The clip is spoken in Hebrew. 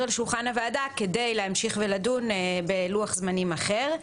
על שולחן הוועדה כדי להמשיך ולדון בלוח זמנים אחר.